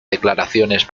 declaraciones